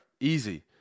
easy